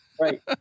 Right